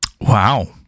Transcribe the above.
wow